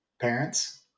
parents